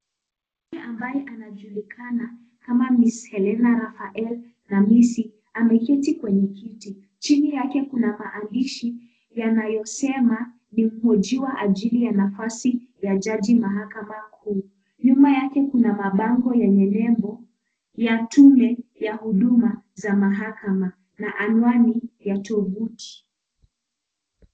Mwanamke anayejulikana kama Miss Helena Rafaela Namisi, ameketi kwenye kiti. Chini yake kuna maandishi yanayosema, ni mhojiwa kwa ajili ya nafasi ya jaji mahakama kuu. Nyuma yake kuna mabango yenye nembo ya tume ya huduma za mahakama, na anwani ya tuvuti.